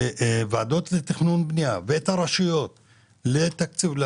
הוועדות לתכנון בנייה ואת הרשויות לתקציב,